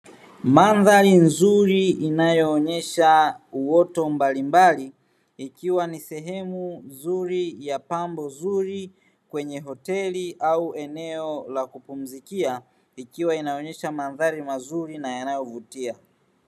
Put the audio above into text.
Mandhari nzuri inayoonyesha uoto mbalimbali ikiwa ni sehemu nzuri ya pambo zuri kwenye hoteli au eneo la kupumzikia, ikiwa inaonyesha mandhari mazuri na yanayovutia.